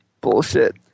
bullshit